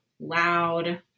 loud